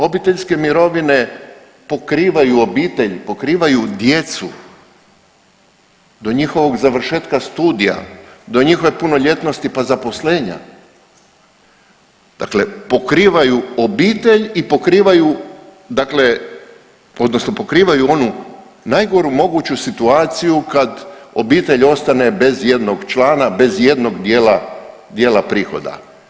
Obiteljske mirovine pokrivaju obitelj, pokrivaju djecu do njihovog završetka studija, do njihove punoljetnosti pa zaposlenja, dakle pokrivaju obitelj i pokrivaju, dakle odnosno pokrivaju onu najgoru moguću situaciju kad obitelj ostane bez jednog člana, bez jednog dijela prihoda.